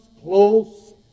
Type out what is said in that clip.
close